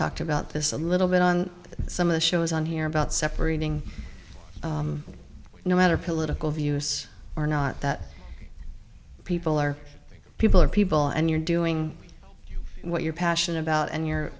talked about this a little bit on some of the shows on here about separating no matter political views or not that people are people are people and you're doing what you're passionate about and you